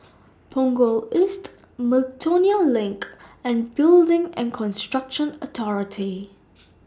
Punggol East Miltonia LINK and Building and Construction Authority